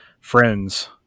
friends